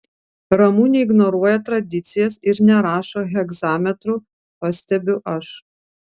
ramunė ignoruoja tradicijas ir nerašo hegzametru pastebiu aš